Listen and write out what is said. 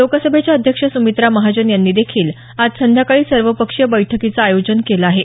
लोकसभेच्या अध्यक्ष सुमित्रा महाजन यांनी देखील आज संध्याकाळी सर्वपक्षीय बैठकीचं आयोजन केलं आहे